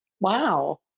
Wow